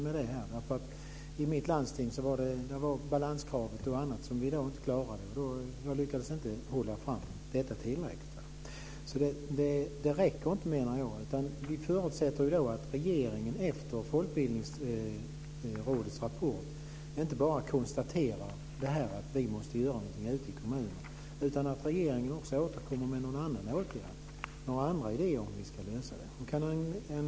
Vi klarar i dag bl.a. inte balanskravet, och jag har inte tillräckligt lyckats hålla fram detta. Jag menar att det här inte räcker. Vi förutsätter att regeringen efter Folkbildningsrådets rapport inte bara konstaterar att vi måste göra någonting ute i kommunerna utan också återkommer med några andra idéer om hur vi ska lösa denna fråga.